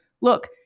look